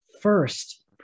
First